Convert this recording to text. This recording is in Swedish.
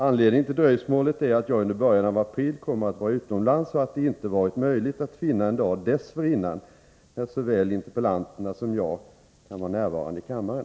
Anledningen till dröjsmålet är att jag i början av april kommer att vara utomlands och att det inte varit möjligt att finna en dag dessförinnan då såväl interpellanterna som jag kan närvara i kammaren.